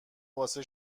واسه